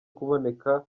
kuboneka